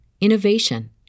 innovation